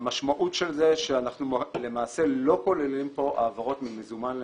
המשמעות של זה היא שלמעשה אנחנו לא כוללים פה העברות ממזומן למזומן.